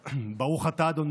בצרפת.